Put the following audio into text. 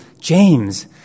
James